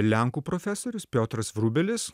lenkų profesorius piotras frubelis